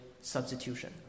substitution